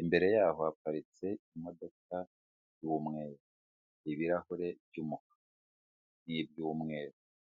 imbere yaho haparitse imodoka y'umweru, ibirahure by'umukara n'iby'umweru.